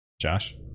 Josh